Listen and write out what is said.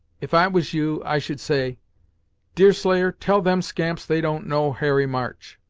if i was you, i should say deerslayer, tell them scamps they don't know harry march!